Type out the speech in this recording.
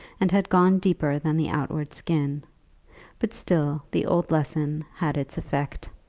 and had gone deeper than the outward skin but still the old lesson had its effect.